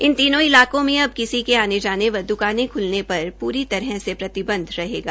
इन तीनों इलाकों में अब किसी भी आने जाने व दुकाने खुलने पर पूरी तरह से प्रतिबंध रहेगा